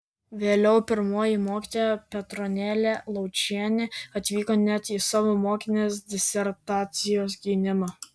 vėliau pirmoji mokytoja petronėlė laučienė atvyko net į savo mokinės disertacijos gynimą